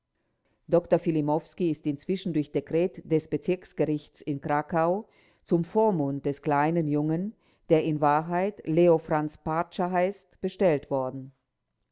dr filimowski ist inzwischen durch dekret des bezirksgerichts in krakau zum vormund des kleinen jungen der in wahrheit leo franz parcza heißt bestellt worden